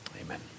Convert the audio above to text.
amen